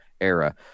era